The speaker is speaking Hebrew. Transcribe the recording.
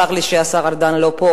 צר לי שהשר ארדן לא פה,